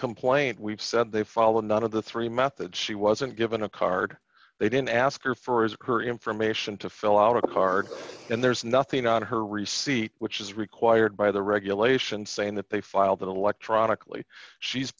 complaint we've said they follow none of the three methods she wasn't given a card they didn't ask her for is occurring information to fill out a card and there's nothing on her receipt which is required by the regulation saying that they filed electronically she's